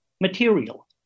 material